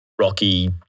rocky